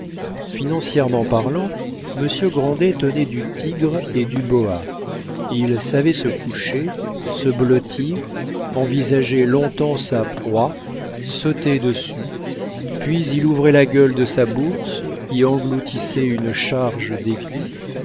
financièrement parlant monsieur grandet tenait du tigre et du boa il savait se coucher se blottir envisager longtemps sa proie sauter dessus puis il ouvrait la gueule de sa bourse y engloutissait une charge